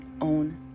own